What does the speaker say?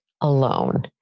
alone